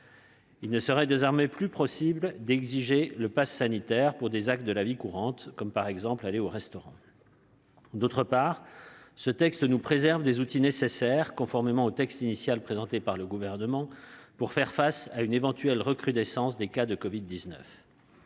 Il ne sera désormais plus possible d'exiger le passe sanitaire pour des actes de la vie courante, comme aller au restaurant. D'autre part, ce texte préserve quelques outils nécessaires, conformément à la rédaction initiale du Gouvernement, pour faire face à une éventuelle recrudescence des cas de covid-19.